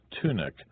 tunic